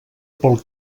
pel